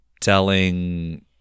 telling